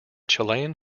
chilean